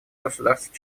государств